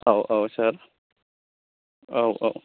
औ औ सार औ औ